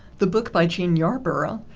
the book by jean yarborough,